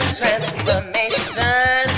transformation